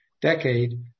decade